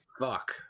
Fuck